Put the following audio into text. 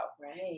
right